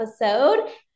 episode